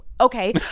okay